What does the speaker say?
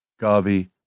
Gavi